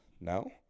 no